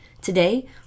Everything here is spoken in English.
Today